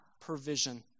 provision